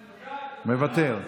מוותר.